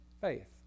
faith